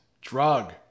drug